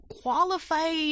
qualified